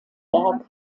werk